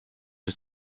het